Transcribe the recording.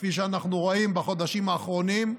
כפי שאנחנו רואים בחודשים האחרונים,